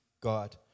God